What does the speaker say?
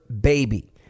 baby